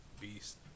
Beast